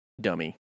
dummy